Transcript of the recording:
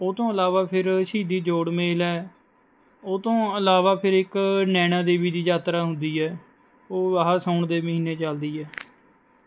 ਉਹ ਤੋਂ ਇਲਾਵਾ ਫਿਰ ਸ਼ਹੀਦੀ ਜੋੜ ਮੇਲ ਹੈ ਉਹਤੋਂ ਇਲਾਵਾ ਫਿਰ ਇੱਕ ਨੈਣਾ ਦੇਵੀ ਦੀ ਯਾਤਰਾ ਹੁੰਦੀ ਹੈ ਉਹ ਆਹਾ ਸਾਉਣ ਦੇ ਮਹੀਨੇ ਚੱਲਦੀ ਹੈ